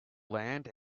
land